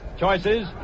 Choices